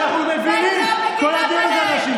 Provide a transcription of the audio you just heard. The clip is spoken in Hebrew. את סלקטיבית, חברת הכנסת דיסטל.